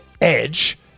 edge